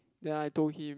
then I told him